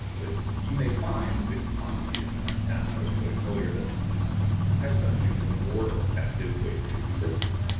but you may find, based upon some of the sms and stats i was quoting earlier, that text messaging is a more effective way for you to do business.